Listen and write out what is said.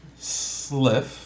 Sliff